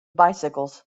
bicycles